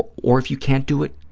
or if you can't do it,